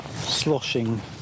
sloshing